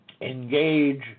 engage